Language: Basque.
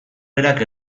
berak